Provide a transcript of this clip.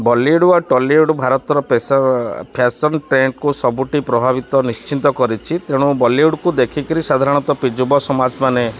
Bollywood ବା Tollywood ଭାରତର fashion ଟ୍ରେଣ୍ଡକୁ ସବୁଠି ପ୍ରଭାବିତ ନିଶ୍ଚିନ୍ତ କରିଛି ତେଣୁ ବଲିଉଡ଼୍କୁ ଦେଖିକିରି ସାଧାରଣତଃ ଯୁବ ସମାଜ ମାନେ